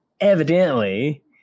evidently